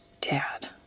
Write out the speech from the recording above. Dad